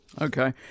Okay